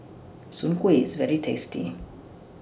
Soon Kuih IS very tasty